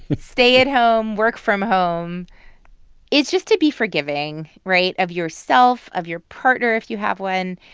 but stay at home, work from home is just to be forgiving right? of yourself, of your partner, if you have one,